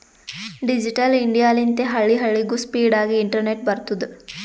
digital India ಲಿಂತೆ ಹಳ್ಳಿ ಹಳ್ಳಿಗೂ ಸ್ಪೀಡ್ ಆಗಿ ಇಂಟರ್ನೆಟ್ ಬರ್ತುದ್